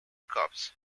crops